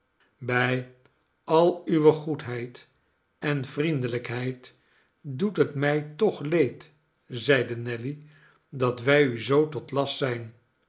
by al uwe goedheid en vriendelijkheid doet het mij toch leed zeide nelly dat wij u zoo tot last zijn